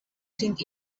sind